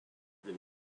than